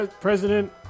President